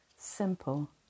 simple